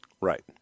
Right